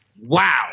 Wow